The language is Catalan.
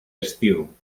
estiu